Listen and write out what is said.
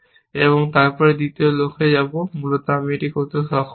এবং তারপরে দ্বিতীয় লক্ষ্যে যাবো মূলত এটি করতে সক্ষম নই